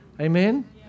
Amen